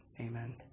amen